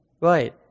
Right